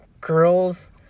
girls